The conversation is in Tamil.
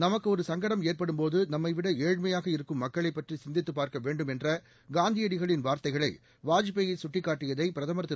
நமக்கு ஒரு சங்கடம் ஏற்படும் போது நம்மை விட ஏழ்மையாக இருக்கும் மக்களைப் பற்றி சிந்தித்து பார்க்க வேண்டும் என்ற காந்தியடிகளின் வார்த்தைகளை வாஜ்பாய் சுட்டிக் காட்டியதை பிரதமர் திரு